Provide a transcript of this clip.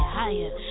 higher